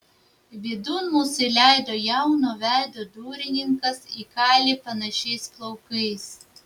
vidun mus įleido jauno veido durininkas į kailį panašiais plaukais